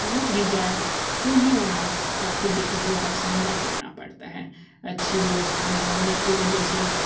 पहुँच भी जाए तो उन्हें वहाँ काफ़ी दिक्कतों का सामना करना पड़ता है अच्छी व्यवस्था न होने की वजह से